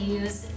use